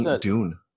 dune